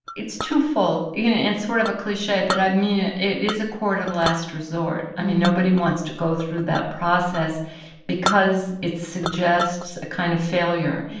it's twofold. you know, it's sort of a cliche, but i mean it. it is a court of last resort. i mean, nobody wants to go through that process because it suggests a kind of failure.